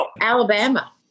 Alabama